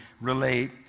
relate